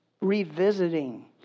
revisiting